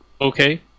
Okay